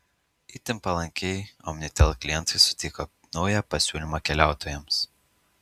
itin palankiai omnitel klientai sutiko naują pasiūlymą keliautojams